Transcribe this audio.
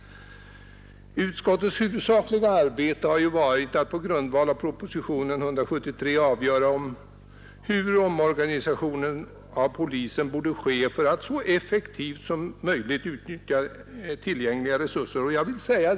Utskottets huvudsakliga uppgift har ju varit att på grundval av propositionen 173 avgöra hur denna omorganisation av polisväsendet bör ske för att tillgängliga resurser skall utnyttjas så effektivt som möjligt.